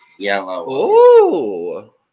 Yellow